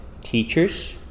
Teachers